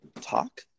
talk